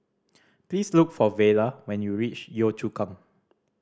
please look for Vela when you reach Yio Chu Kang